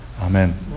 Amen